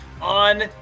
on